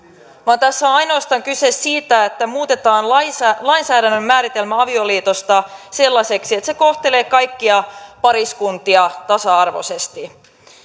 vaan tässä on ainoastaan kyse siitä että muutetaan lainsäädännön määritelmä avioliitosta sellaiseksi että se kohtelee kaikkia pariskuntia tasa arvoisesti